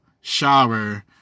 shower